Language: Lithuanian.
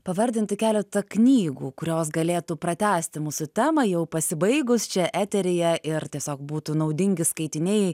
pavardinti keletą knygų kurios galėtų pratęsti mūsų temą jau pasibaigus čia eteryje ir tiesiog būtų naudingi skaitiniai